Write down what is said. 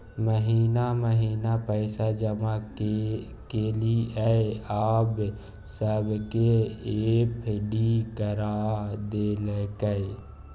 महिना महिना पैसा जमा केलियै आब सबके एफ.डी करा देलकै